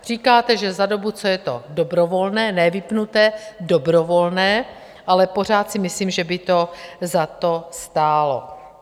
Říkáte, že za dobu, co je to dobrovolné ne vypnuté, dobrovolné ale pořád si myslím, že by to za to stálo.